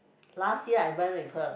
last year I went with her